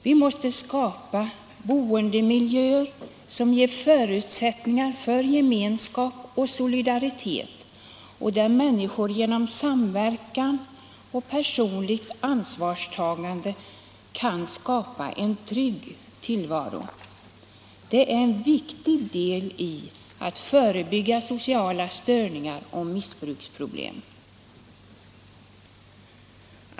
Skapandet av boendemiljöer som ger förutsättningar för gemenskap och solidaritet och där människor genom samverkan och personligt ansvarstagande kan skapa en trygg tillvaro är en viktig del i arbetet på att förebygga sociala störningar och missbruksproblem.